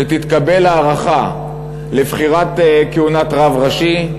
שתתקבל הארכת כהונה עד לבחירת רב ראשי,